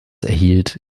erhielt